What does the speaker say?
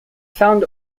found